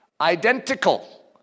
Identical